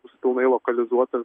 bus pilnai lokalizuotas